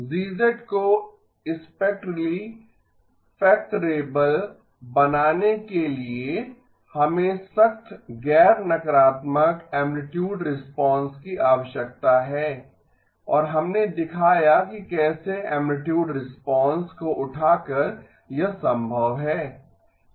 G को spectrally factorable बनाने के लिए हमें सख्त गैर नकारात्मक ऐमप्लितुड रिस्पांस की आवश्यकता है और हमने दिखाया कि कैसे ऐमप्लितुड रिस्पांस को उठाकर यह संभव है